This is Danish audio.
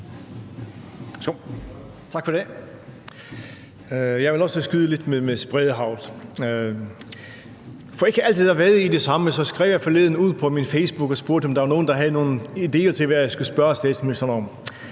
Jeg vil også skyde lidt med spredehagl. For ikke altid at vade i det samme, skrev jeg forleden ud på min facebookside og spurgte, om der var nogen, der havde nogle idéer til, hvad jeg skulle spørge statsministeren om.